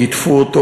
גידפו אותו,